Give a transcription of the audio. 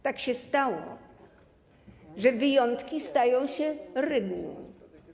Tak się stało, że wyjątki stają się regułą.